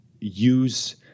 use